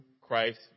Christ